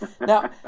Now